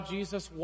Jesus